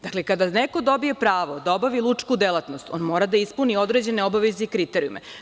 Dakle, kada neko dobije pravo da obavi lučku delatnost, on mora da ispuni određene obaveze i kriterijume.